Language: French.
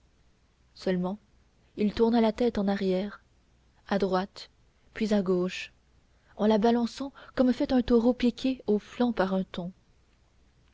seulement il tourna la tête en arrière à droite puis à gauche en la balançant comme fait un taureau piqué au flanc par un taon